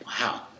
Wow